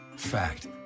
Fact